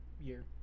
year